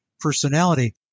personality